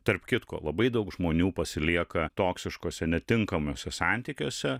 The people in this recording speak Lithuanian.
tarp kitko labai daug žmonių pasilieka toksiškuose netinkamuose santykiuose